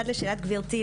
אחד לשאלת גברתי,